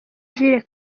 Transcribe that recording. jules